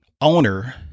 owner